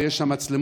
ויש שם מצלמות,